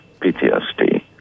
PTSD